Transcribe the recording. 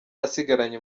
asigaranye